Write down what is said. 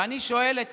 ואני שואל את